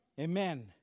Amen